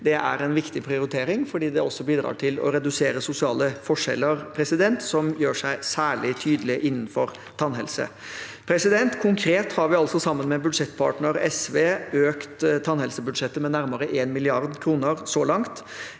Det er en viktig prioritering fordi det også bidrar til å redusere sosiale forskjeller, som gjør seg særlig tydelige innenfor tannhelse. Konkret har vi altså sammen med budsjettpartner SV økt tannhelsebudsjettet med nærmere 1 mrd. kr så langt.